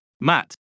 Matt